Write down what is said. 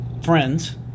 friends